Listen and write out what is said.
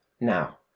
now